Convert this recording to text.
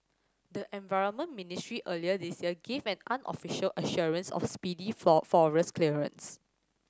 the environment ministry earlier this year gave an unofficial assurance of speedy for forest clearance